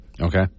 Okay